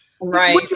right